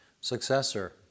successor